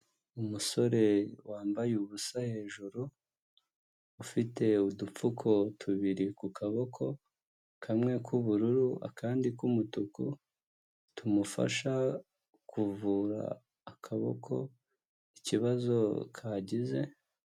Umusore wambaye ubusa hejuru ufite, udupfuko tubiri ku kaboko, kamwe k'ubururu, akandi k'umutuku, tumufasha kuvura akaboko ikibazo kagize.